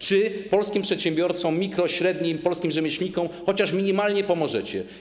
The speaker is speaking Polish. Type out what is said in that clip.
Czy polskim przedsiębiorcom, mikro-, średnim, polskim rzemieślnikom chociaż minimalnie pomożecie?